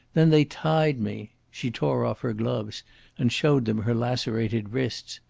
then they tied me. she tore off her gloves and showed them her lacerated wrists.